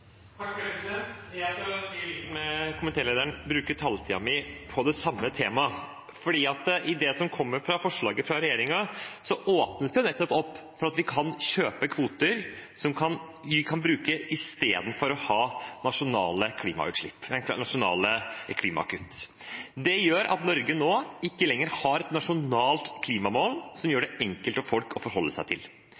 Jeg skal bruke taletiden min på det samme temaet som komitélederen. I forslaget som kommer fra regjeringen, åpnes det nettopp opp for at vi kan kjøpe kvoter som vi kan bruke, istedenfor å ha nasjonale klimakutt. Det gjør at Norge nå ikke lenger har et nasjonalt klimamål som er enkelt for folk å forholde seg til. Regjeringens opplegg for klimapolitikken gjør